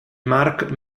mark